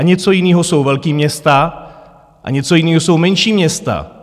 Něco jiného jsou velká města a něco jiného jsou menší města.